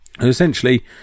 essentially